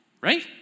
right